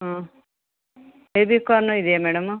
ಹ್ಞೂ baby corn ಇದೆಯಾ madam